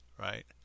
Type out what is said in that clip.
right